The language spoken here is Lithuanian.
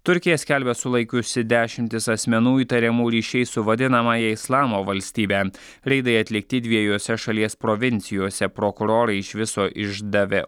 turkija skelbia sulaikiusi dešimtis asmenų įtariamų ryšiais su vadinamąja islamo valstybe reidai atlikti dviejuose šalies provincijose prokurorai iš viso išdavė